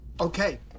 Okay